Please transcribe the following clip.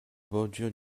bordure